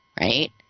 right